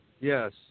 Yes